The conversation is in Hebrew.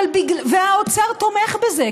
והאוצר תומך בזה,